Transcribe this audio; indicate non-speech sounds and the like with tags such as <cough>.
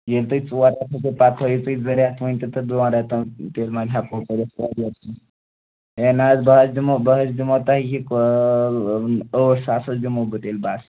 ییٚلہِ تُہۍ ژور رٮ۪تھ ہیٚکِو پَتہٕ تھٲوِو تُہۍ زٕ رٮ۪تھ وۅنۍ تھٲوِتو دۄن رٮ۪تن تیٚلہِ وۅنۍ ہٮ۪کو کٔرِتھ <unintelligible> ہے نہَ حظ بہٕ حظ دِمہو بہٕ حظ دِمہو تۄہہِ یہِ ٲٹھ ساس حظ دِمہو بہٕ تیٚلہِ بَس